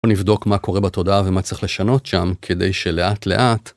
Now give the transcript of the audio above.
בוא נבדוק מה קורה בתודעה ומה צריך לשנות שם כדי שלאט לאט.